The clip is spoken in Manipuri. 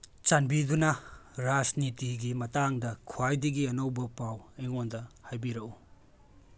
ꯆꯥꯟꯕꯤꯗꯨꯅ ꯔꯥꯖꯅꯤꯇꯤꯒꯤ ꯃꯇꯥꯡꯗ ꯈ꯭ꯋꯥꯏꯗꯒꯤ ꯑꯅꯧꯕ ꯄꯥꯎ ꯑꯩꯉꯣꯟꯗ ꯍꯥꯏꯕꯤꯔꯛꯎ